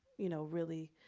you know, really,